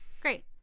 Great